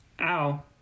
ow